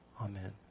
Amen